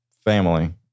family